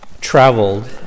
traveled